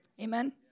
Amen